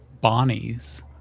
bonnie's